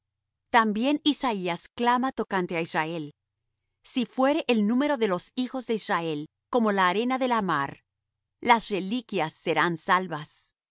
también isaías clama tocante á israel si fuere el número de los hijos de israel como la arena de la mar las reliquias serán salvas